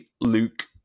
Luke